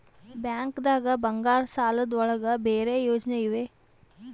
ಬ್ಯಾಂಕ್ದಾಗ ಬಂಗಾರದ್ ಸಾಲದ್ ಒಳಗ್ ಬೇರೆ ಯೋಜನೆ ಇವೆ?